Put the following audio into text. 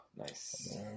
Nice